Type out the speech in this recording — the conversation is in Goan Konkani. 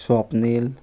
स्वप्नील